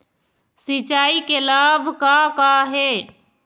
सिचाई के लाभ का का हे?